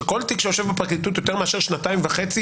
שכל תיק שיושב בפרקליטות יותר משנתיים וחצי